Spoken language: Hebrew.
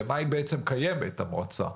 למה בעצם קיימת המועצה.